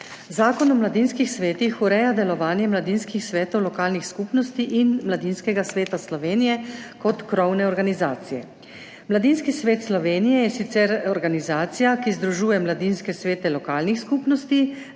Zakon o mladinskih svetih ureja delovanje mladinskih svetov lokalnih skupnosti in Mladinskega sveta Slovenije kot krovne organizacije. Mladinski svet Slovenije je sicer organizacija, ki združuje mladinske svete lokalnih skupnosti